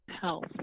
health